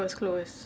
it was closed